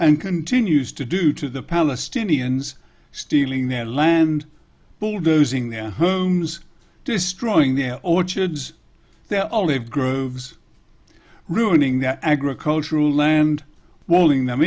and continues to do to the palestinians stealing their land bulldozing their homes destroying their orchards their olive groves ruining their agricultural land walling them